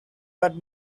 that